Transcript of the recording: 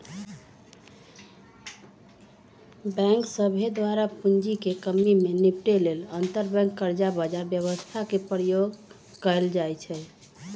bank सभके द्वारा पूंजी में कम्मि से निपटे लेल अंतरबैंक कर्जा बजार व्यवस्था के प्रयोग कएल जाइ छइ